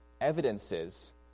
evidences